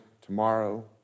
tomorrow